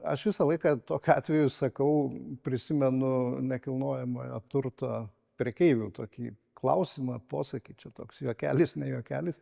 aš visą laiką tokiu atveju sakau prisimenu nekilnojamojo turto prekeivių tokį klausimą posakį čia toks juokelis ne juokelis